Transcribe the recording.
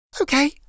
Okay